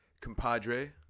compadre